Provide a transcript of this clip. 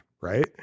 right